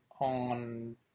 on